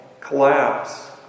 collapse